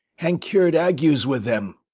and cured agues with them.